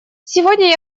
сегодня